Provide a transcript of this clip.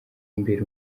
imbere